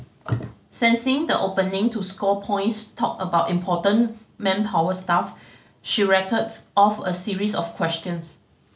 sensing the opening to score points talk about important manpower stuff she rattled off a series of questions